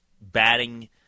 batting